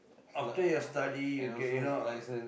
after your study you can you know